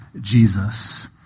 Jesus